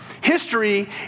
History